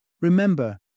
Remember